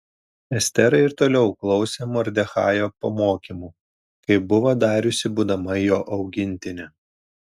estera ir toliau klausė mordechajo pamokymų kaip buvo dariusi būdama jo augintinė